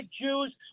Jews